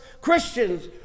Christians